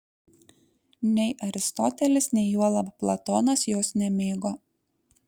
nei aristotelis nei juolab platonas jos nemėgo